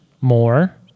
more